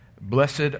Blessed